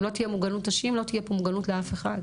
אם לא תהיה מוגנות נשים לא תהיה פה מוגנות לאף אחד.